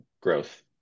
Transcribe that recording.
growth